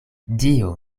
dio